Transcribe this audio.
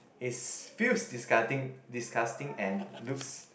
is feels disgusting disgusting and it looks